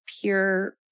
pure